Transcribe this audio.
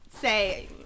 say